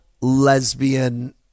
lesbian